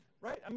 right